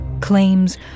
Claims